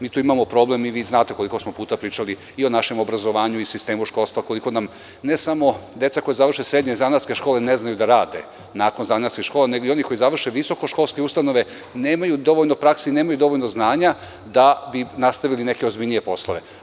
Mi tu imamo problem i vi znate koliko smo puta pričali i o našem obrazovanju i sistemu školstva, koliko nam, ne samo deca koja završe srednje zanatske škole, ne znaju da rade, nakon zanatske škole, nego i oni koji završe visoko školske ustanove nemaju dovoljno prakse i nemaju dovoljno znanja da bi nastavili neke ozbiljnije poslove.